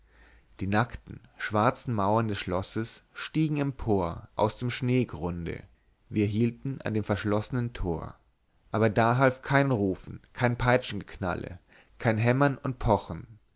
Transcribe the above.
die nackten schwarzen mauern des schlosses stiegen empor aus dem schneegrunde wir hielten an dem verschlossenen tor aber da half kein rufen kein peitschengeknalle kein hämmern und pochen